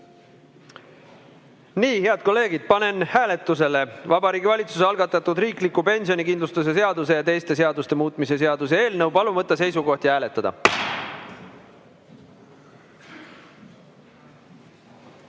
Head kolleegid, panen hääletusele Vabariigi Valitsuse algatatud riikliku pensionikindlustuse seaduse ja teiste seaduste muutmise seaduse eelnõu. Palun võtta seisukoht ja hääletada!